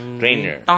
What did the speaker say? trainer